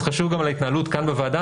זה חשוב גם להתנהלות כאן בוועדה,